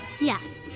Yes